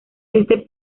este